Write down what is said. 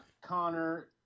Connor